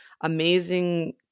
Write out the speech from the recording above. amazing